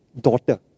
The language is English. daughter